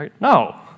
No